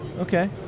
okay